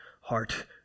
heart